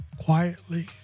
quietly